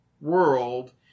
world